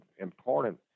important